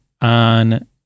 on